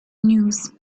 news